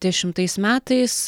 dešimtais metais